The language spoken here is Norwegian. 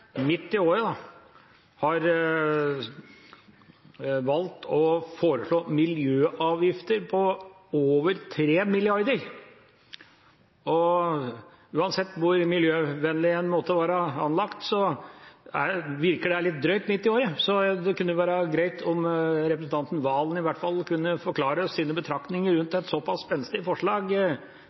midt i året – har valgt å foreslå miljøavgifter på over 3 mrd. kr. Uansett hvor miljøvennlig en måtte være anlagt, virker det litt drøyt midt i året, så det kunne være greit om representanten Serigstad Valen i hvert fall kunne gi oss sine betraktninger rundt er såpass spenstig forslag